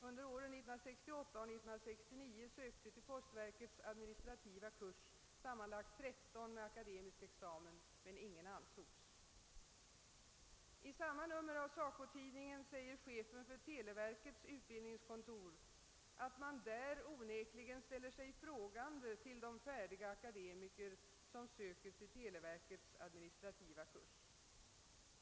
Under åren 1968 och 1969 sökte till postverkets administrativa kurs sammanlagt 13 med akademisk examen, men ingen av dessa antogs. I samma nummer av SACO-tidningen framhåller chefen för televerkets utbildningskontor, att man där onekligen ställer sig frågande till de färdigutbildade akademiker som söker till televerkets administrativa kurs.